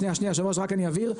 היושב-ראש, רק אני אבהיר.